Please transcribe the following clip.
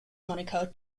moniker